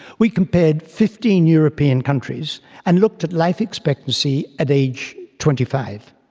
we compared fifteen european countries and looked at life expectancy at age twenty five.